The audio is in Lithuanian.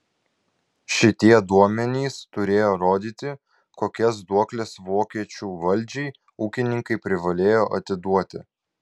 šitie duomenys turėjo rodyti kokias duokles vokiečių valdžiai ūkininkai privalėjo atiduoti